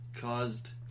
caused